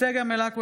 צגה מלקו,